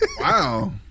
Wow